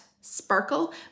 sparkle